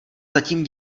zatím